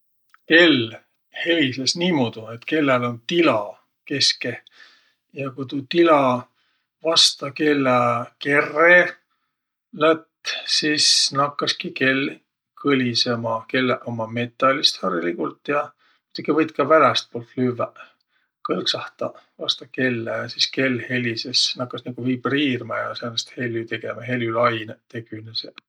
Kell helises niimuudu, et kelläl um tila keskeh, ja ku tuu tila vasta kellä kerre lätt, sis nakkaski kell kõlisõma. Kelläq ummaq metälist hariligult ja esiki võit ka välästpuult lüvväq, kõlksahtaq vasta kellä ja sis kell helises, nakkas nigu vibriirmä ja säänest hellü tegemä, helülainõq tegüneseq.